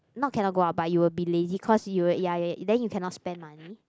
not cannot go out but you will be lazy cause you will ya ya then you cannot spend money